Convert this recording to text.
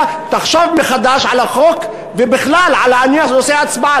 תחשוב מחדש על החוק ובכלל על העניין של חופש הצבעה,